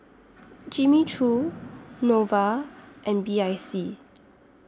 Jimmy Choo Nova and B I C